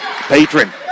Patron